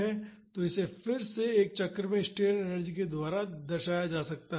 तो इसे फिर से एक चक्र में स्ट्रेन एनर्जी के रूप में दर्शाया जा सकता है